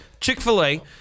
Chick-fil-A